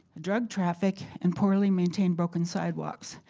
drug traffic and poorly maintained broken sidewalks.